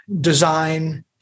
design